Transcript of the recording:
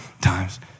Times